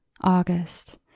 August